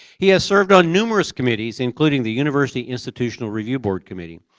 he has served on numerous committees including the university institutional review board committee.